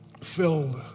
Filled